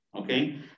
okay